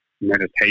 meditation